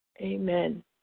Amen